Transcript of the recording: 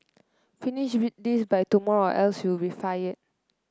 finish with this by tomorrow else you'll be fired